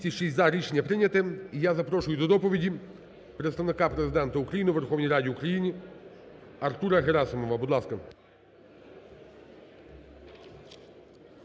206 – "за". Рішення прийняте. І я запрошую до доповіді Представника Президента України у Верховній Раді України Артура Герасимова. Будь ласка.